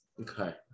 Okay